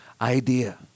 idea